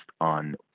on